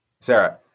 Sarah